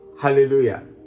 Hallelujah